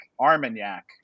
armagnac